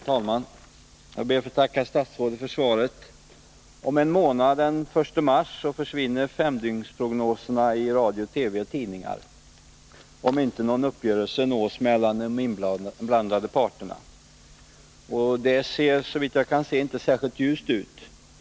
Herr talman! Jag ber att få tacka statsrådet för svaret. Om en månad, den 1 mars, försvinner femdygnsprognoserna i radio, TV och tidningar, såvida inte någon uppgörelse nås mellan de inblandade parterna. Läget ser, såvitt jag förstår, inte särskilt ljust ut nu.